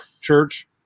church